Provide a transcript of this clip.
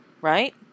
Right